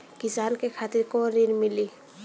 किसान के खातिर कौन ऋण मिली?